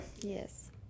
Yes